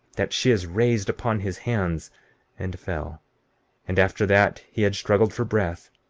that shiz raised upon his hands and fell and after that he had struggled for breath,